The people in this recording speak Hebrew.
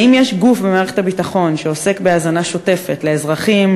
1. האם יש גוף במערכת הביטחון שעוסק בהאזנה שוטפת לאזרחים,